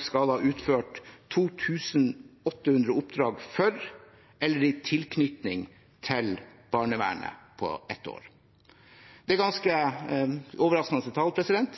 skal ha utført 2 800 oppdrag for eller i tilknytning til barnevernet på ett år. Det er ganske overraskende tall,